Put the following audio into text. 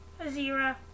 Azira